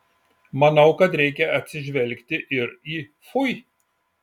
manau kad reikia atsižvelgti ir į fui